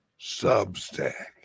Substack